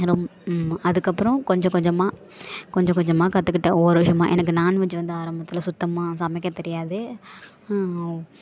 ரொம் அதுக்கப்புறம் கொஞ்ச கொஞ்சமாக கொஞ்சம் கொஞ்சமாக கற்றுக்கிட்டேன் ஒவ்வொரு விஷயமா எனக்கு நான்வெஜ் வந்து ஆரம்பத்தில் சுத்தமாக சமைக்கத் தெரியாது